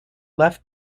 left